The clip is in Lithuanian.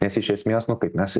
nes iš esmės nu kaip mes